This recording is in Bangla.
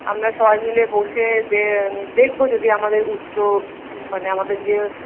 আমরা সবাই মিলে বসে দেখবো যদি আমাদের উচ্চ মানে আমাদের যে